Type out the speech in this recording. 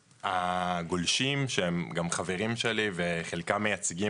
הגולשים שהם גם חברים שלי וחלקם מייצגים